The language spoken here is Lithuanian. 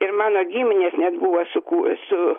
ir mano giminės net buvo sukū su